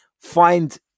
find